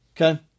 Okay